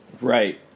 right